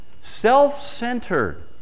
Self-centered